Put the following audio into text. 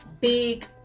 big